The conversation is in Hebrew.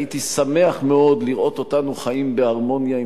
הייתי שמח מאוד לראות אותנו חיים בהרמוניה עם